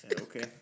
Okay